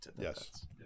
yes